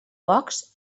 pocs